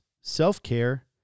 self-care